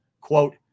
Quote